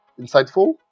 insightful